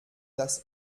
das